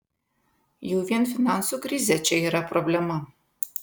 jau vien finansų krizė čia yra problema